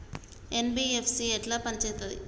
NBFC ఎట్ల పని చేత్తది?